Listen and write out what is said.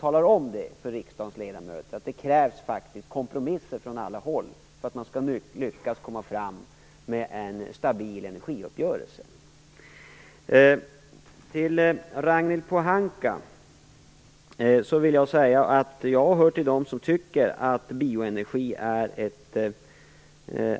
talar om det för riksdagens ledamöter. Det krävs faktiskt kompromisser från alla håll om vi skall lyckas komma fram till en stabil energiuppgörelse. Till Ragnhild Pohanka vill jag säga att jag hör till dem som tycker att bioenergi